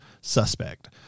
suspect